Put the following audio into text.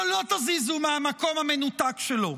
אותו לא תזיזו מהמקום המנותק שלו,